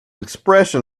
expression